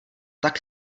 tak